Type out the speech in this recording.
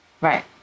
Right